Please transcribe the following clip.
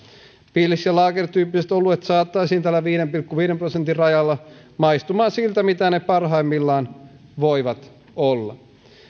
pils ja lager tyyppiset oluet saataisiin tällä viiden pilkku viiden prosentin rajalla maistumaan siltä mitä ne parhaimmillaan voivat olla